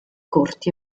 corti